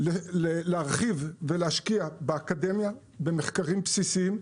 חייבים להרחיב ולהשקיע באקדמיה, במחקרים בסיסיים,